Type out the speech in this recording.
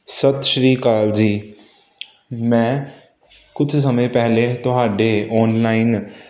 ਸਤਿ ਸ੍ਰੀ ਅਕਾਲ ਜੀ ਮੈਂ ਕੁਝ ਸਮੇਂ ਪਹਿਲੇ ਤੁਹਾਡੇ ਆਨਲਾਈਨ